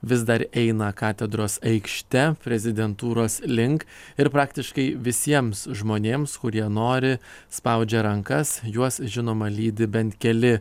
vis dar eina katedros aikšte prezidentūros link ir praktiškai visiems žmonėms kurie nori spaudžia rankas juos žinoma lydi bent keli